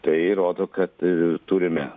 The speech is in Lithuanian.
tai rodo kad ee turime